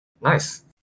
Nice